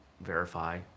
verify